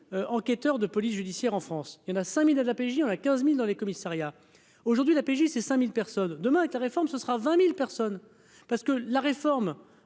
enquêteur de police judiciaire en France, il y en a 5000 de la PJ en là 15000 dans les commissariats aujourd'hui la PJ c'est 5000 personnes demain avec la réforme, ce sera 20000 personnes parce que la réforme